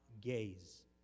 gaze